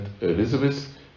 Elizabeth